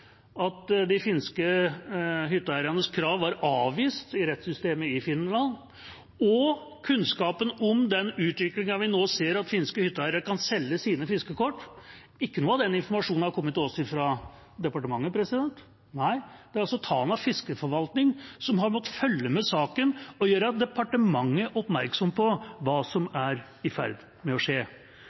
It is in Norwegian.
at de finske hytteeiernes krav var avvist i rettssystemet i Finland, og kunnskapen om den utviklingen vi nå ser, at finske hytteeiere kan selge sine fiskekort, har ikke noe av den informasjonen kommet til oss fra departementet. Nei, det er Tanavassdragets fiskeforvaltning som har måttet følge med i saken og gjøre departementet oppmerksom på hva som er i ferd med å skje.